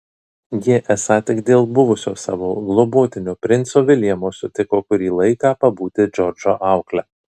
ji esą tik dėl buvusio savo globotinio princo viljamo sutiko kurį laiką pabūti džordžo aukle